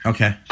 Okay